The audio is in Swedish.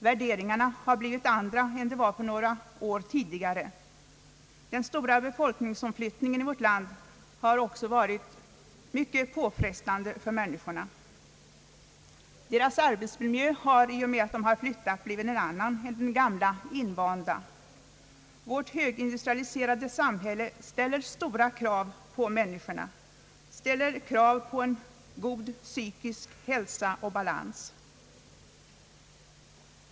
Värderingarna har blivit andra än de var för några år sedan. Den stora befolkningsomflyttningen i vårt land har också varit mycket påfrestande för människorna. I och med att de har flyttat har deras arbetsmiljö blivit en annan än den gamla invanda. Vårt högindustrialiserade samhälle ställer stora krav på människorna, krav på god psykisk hälsa och balans.